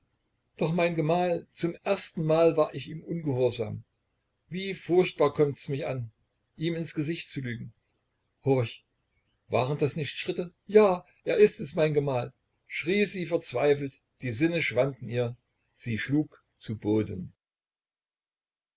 doch mein gemahl zum erstenmal war ich ihm ungehorsam wie furchtbar kommt's mich an ihm ins gesicht zu lügen horch waren das nicht schritte ja er ist es mein gemahl schrie sie verzweifelt die sinne schwanden ihr sie schlug zu boden